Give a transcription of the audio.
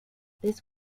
this